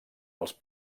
els